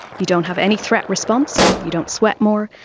you don't have any threat response, you don't sweat more.